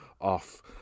off